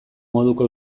moduko